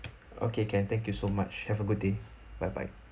okay can thank you so much have a good day bye bye